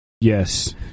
Yes